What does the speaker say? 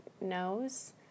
knows